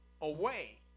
away